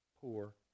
poor